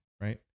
right